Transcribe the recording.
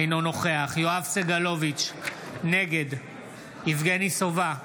אינו נוכח יואב סגלוביץ' נגד יבגני סובה,